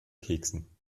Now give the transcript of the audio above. keksen